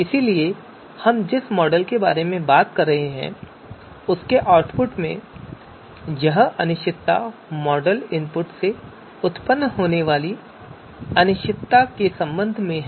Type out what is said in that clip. इसलिए हम जिस मॉडल के बारे में बात कर रहे हैं उसके आउटपुट में यह अनिश्चितता मॉडल इनपुट से उत्पन्न होने वाली अनिश्चितता के संबंध में है